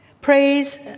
Praise